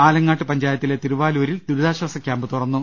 ആലങ്ങാട്ട് പഞ്ചായത്തിലെ തിരുവാലൂരിൽ ദുരിതാശ്ചാസ ക്യാമ്പ് തുറന്നു